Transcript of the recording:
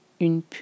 Une